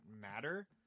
matter